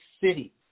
city